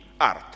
art